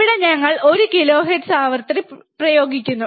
ഇവിടെ ഞങ്ങൾ ഒരു കിലോഹെർട്സ് ആവൃത്തി പ്രയോഗിക്കുന്നു